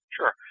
Sure